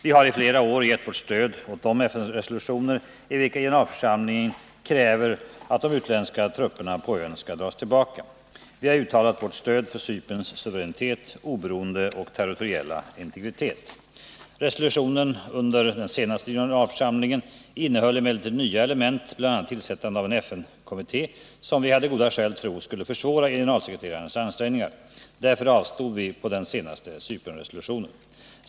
Vi har i flera år gett vårt stöd åt de FN-resolutioner i vilka generalförsamlingen kräver att de utländska trupperna på ön dras tillbaka. Vi har uttalat vårt stöd för Cyperns suveränitet, oberoende och territoriella integritet. Resolutionen under den senaste generalförsamlingen innehöll emellertid nya element, bl.a. tillsättande av en FN-kommitté, som vi hade goda skäl tro gärder för att lösa Cypernfrågan skulle försvåra generalsekreterarens ansträngningar. Därför avstod vi på den senaste Cypernresolutionen.